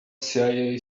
cia